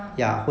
ah